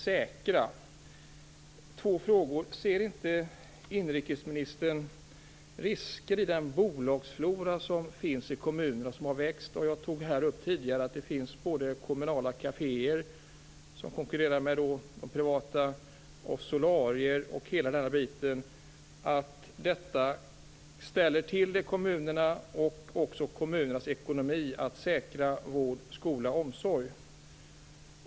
Jag har två frågor: Ser inte inrikesministern risker i den bolagsflora som finns i kommunerna och som har växt? Jag tog tidigare upp att det finns kommunala kaféer, solarier osv. som konkurrerar med de privata. Detta ställer till det när det gäller kommunernas ekonomi och deras möjligheter att säkra vård, skola och omsorg.